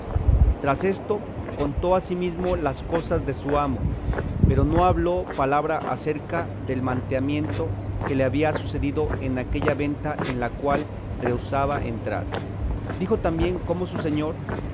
tras esto contó asimesmo las cosas de su amo pero no habló palabra acerca del manteamiento que le había sucedido en aquella venta en la cual rehusaba entrar dijo también como su señor